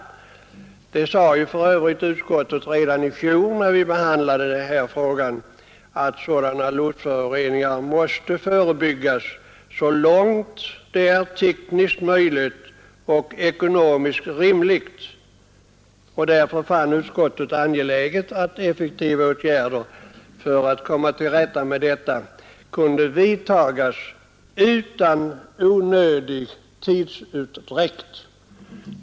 Utskottet sade för övrigt redan vid fjolårets behandling av frågan att sådana luftföroreningar måste förebyggas så långt det är tekniskt möjligt och ekonomiskt rimligt. Därför fann utskottet det angeläget att effektiva åtgärder för att komma till rätta med detta skulle vidtagas utan onödig tidsutdräkt.